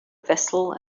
vessel